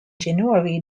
january